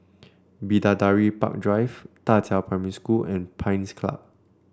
Bidadari Park Drive Da Qiao Primary School and Pines Club